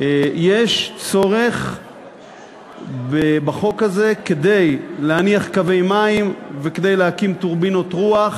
יש צורך בחוק הזה כדי להניח קווי מים וכדי להקים טורבינות רוח,